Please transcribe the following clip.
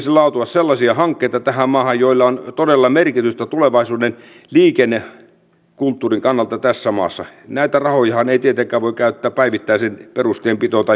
mutta täytyy sanoa edustajat räsänen ja zyskowicz siitä vähättelystä mihinkä myös edustaja wallin yhtyi tässä että te ette nähneet metsää puilta kuinka vakavassa tilanteessa todellakin ollaan